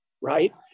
right